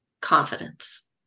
confidence